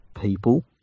people